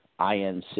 INC